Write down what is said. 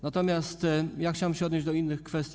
Natomiast ja chciałem się odnieść, do innych kwestii.